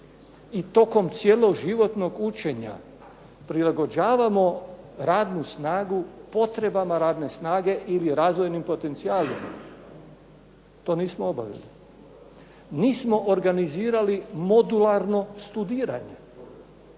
i tokom cijeloživotnog učenja prilagođavamo radnu snagu potrebama radne snage ili razvojnim potencijalima. To nismo obavezni. Nismo organizirali modularno studiranje.